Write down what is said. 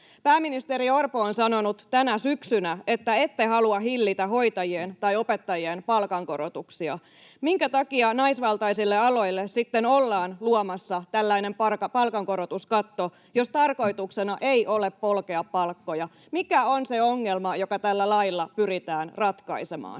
Pääministeri Orpo on sanonut tänä syksynä, että ette halua hillitä hoitajien tai opettajien palkankorotuksia. Minkä takia naisvaltaisille aloille sitten ollaan luomassa tällainen palkankorotuskatto, jos tarkoituksena ei ole polkea palkkoja? Mikä on se ongelma, joka tällä lailla pyritään ratkaisemaan?